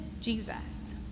Jesus